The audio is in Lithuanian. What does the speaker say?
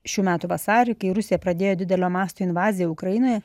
šių metų vasarį kai rusija pradėjo didelio masto invaziją ukrainoje